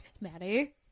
Maddie